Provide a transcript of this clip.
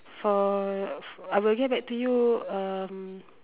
for I will get back to you um